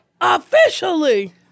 officially